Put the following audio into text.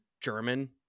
German